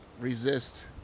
resist